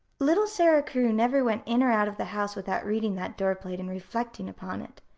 little sara crewe never went in or out of the house without reading that door-plate and reflecting upon it.